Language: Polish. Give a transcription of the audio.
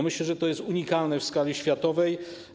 Myślę, że to jest unikalne w skali świata.